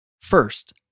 First